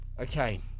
okay